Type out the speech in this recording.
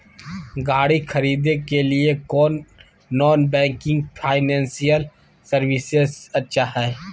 गाड़ी खरीदे के लिए कौन नॉन बैंकिंग फाइनेंशियल सर्विसेज अच्छा है?